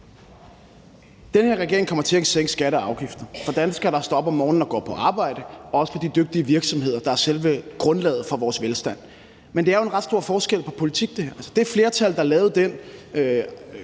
Den her regering kommer til at sænke skatter og afgifter for danskere, der står op om morgenen og går på arbejde, og også for de dygtige virksomheder, der er selve grundlaget for vores velstand. Men der er jo her en ret stor forskel på politik. Altså, det flertal, der lavede den